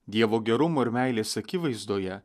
dievo gerumo ir meilės akivaizdoje